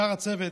ושאר הצוות,